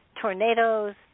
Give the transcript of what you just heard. tornadoes